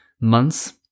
months